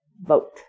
Vote